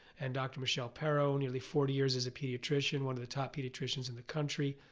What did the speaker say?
and dr. michelle parrow, nearly forty years as a pediatrician, one of the top pediatricians in the country.